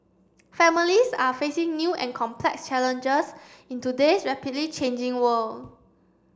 families are facing new and complex challenges in today's rapidly changing world